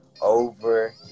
over